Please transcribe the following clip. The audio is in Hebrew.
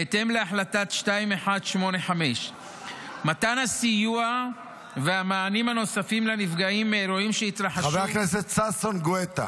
בהתאם להחלטה 2185. חבר הכנסת ששון גואטה,